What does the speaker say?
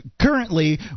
Currently